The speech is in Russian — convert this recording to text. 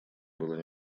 было